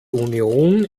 union